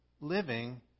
living